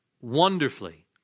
wonderfully